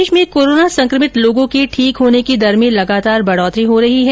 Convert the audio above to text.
प्रदेश में कोरोना सक्रमित लोगों के ठीक होने की दर में लगातार बढोतरी हो रही है